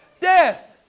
death